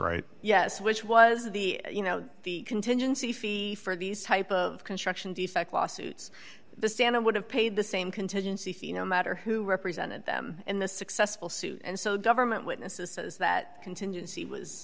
right yes which was the you know the contingency fee for these type of construction defect lawsuits the standard would have paid the same contingency fee no matter who represented them in the successful suit and so government witnesses that contingency was